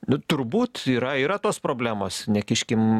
nu turbūt yra yra tos problemos nekiškim